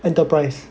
enterprise